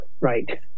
right